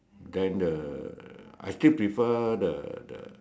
then the I still prefer the